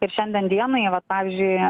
ir šiandien dienai vat pavyzdžiui